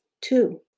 two